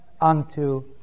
unto